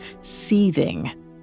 seething